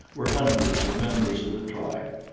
were hundreds of members of the tribe.